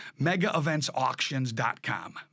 MegaEventsAuctions.com